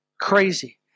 crazy